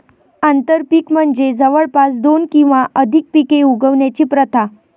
आंतरपीक म्हणजे जवळपास दोन किंवा अधिक पिके उगवण्याची प्रथा